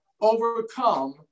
overcome